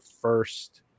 first